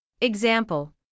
Example